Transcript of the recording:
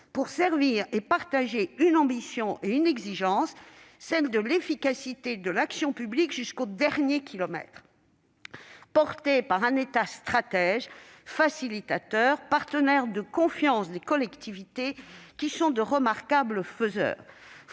pour servir et partager une ambition et une exigence, celle de l'efficacité de l'action publique « jusqu'au dernier kilomètre » portée par un État stratège et facilitateur, partenaire de confiance des collectivités et de leurs élus, qui sont de remarquables faiseurs.